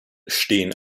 stehen